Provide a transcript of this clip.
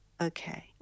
okay